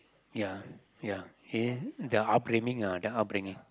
ya ya and their upbringing ah their upbringing